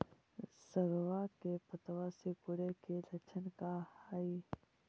सगवा के पत्तवा सिकुड़े के लक्षण का हाई?